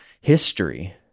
history